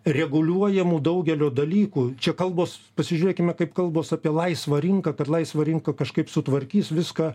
reguliuojamų daugelio dalykų čia kalbos pasižiūrėkime kaip kalbos apie laisvą rinką kad laisva rinka kažkaip sutvarkys viską